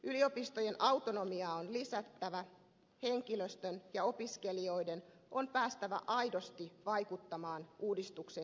yliopistojen autonomiaa on lisättävä henkilöstön ja opiskelijoiden on päästävä aidosti vaikuttamaan uudistuksen sisältöön